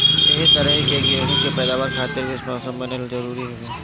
एही तरही गेंहू के पैदावार खातिर भी मौसम बनल जरुरी हवे